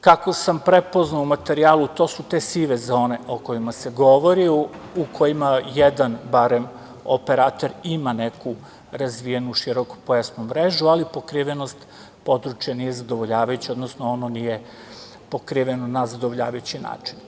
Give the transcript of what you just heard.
Kako sam prepoznao u materijalu, to su te sive zone o kojima se govori, u kojima barem jedan operater ima neku razvijenu širokopojasnu mrežu, ali pokrivenost područja nije zadovoljavajuća, odnosno ono nije pokriveno na zadovoljavajući način.